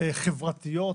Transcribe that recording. חברתיות